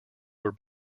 were